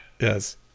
Yes